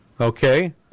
Okay